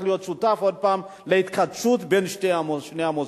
להיות שותף עוד פעם בהתכתשות בין שני המוסדות.